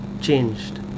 changed